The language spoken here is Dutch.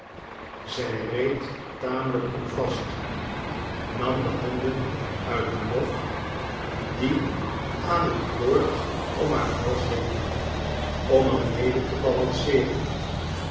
zij reed tamelijk onvast nam de handen uit den mof die aan een koord om haar hals hing om er mede te balanceeren